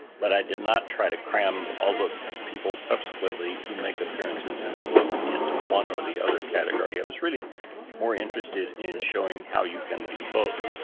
but i did not try to cram all the people subsequently who make appearances in the book into one or the other category. i was really more interested in showing how you can be both.